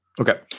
Okay